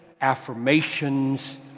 affirmations